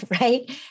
Right